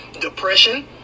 depression